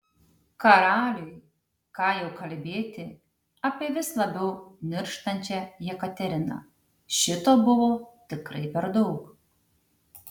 karaliui ką jau kalbėti apie vis labiau nirštančią jekateriną šito buvo tikrai per daug